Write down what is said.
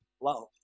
love